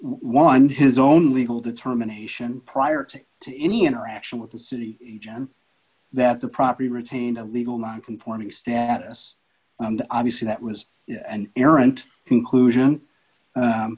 one his own legal determination prior to any interaction with the city that the property retained a legal non conforming status obviously that was an errant conclusion